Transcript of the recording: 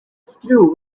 screw